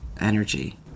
energy